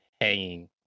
hanging